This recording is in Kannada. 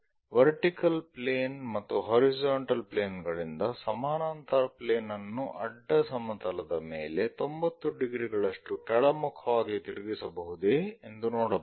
ವರ್ಟಿಕಲ್ ಪ್ಲೇನ್ ಮತ್ತು ಹಾರಿಜಾಂಟಲ್ ಪ್ಲೇನ್ ಗಳಿಂದ ಸಮಾನಾಂತರ ಪ್ಲೇನ್ ಅನ್ನು ಅಡ್ಡ ಸಮತಲದ ಮೇಲೆ 90 ಡಿಗ್ರಿಗಳಷ್ಟು ಕೆಳಮುಖವಾಗಿ ತಿರುಗಿಸಬಹುದೇ ಎಂದು ನೋಡಬೇಕು